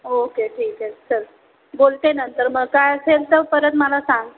okay ठीक आहे चल बोलते नंतर मग काय असेल तर परत मला सांग